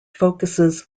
focuses